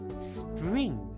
Spring